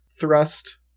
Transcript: thrust